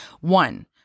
One